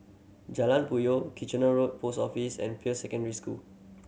Jalan Puyoh Kitchener Road Post Office and Peirce Secondary School